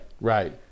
right